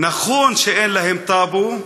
נכון שאין להם טאבו,